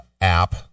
app